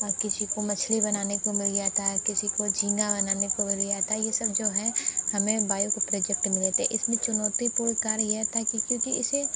और किसी को मछली बनाने को मिल गया था किसी को झींगा बनाने को मिल गया था ये सब जो हैं हमें बायो के प्रोजेक्ट मिले थे इसमे चुनौतीपूर्ण कार्य यह था कि क्योंकि इसे